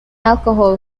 alcohol